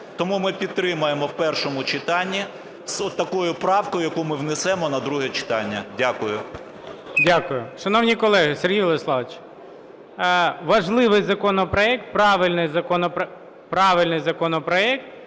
Тому ми підтримуємо в першому читанні з от такою правкою, яку ми внесемо на друге читання. Дякую. ГОЛОВУЮЧИЙ. Дякую. Шановні колеги, Сергію Владиславовичу, важливий законопроект, правильний законопроект…